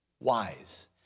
Wise